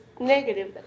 negative